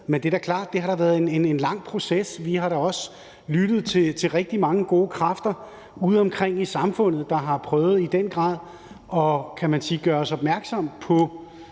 Men det er klart, at det har været en lang proces; vi har da også lyttet til rigtig mange gode kræfter udeomkring i samfundet, der i den grad har prøvet at gøre os opmærksomme på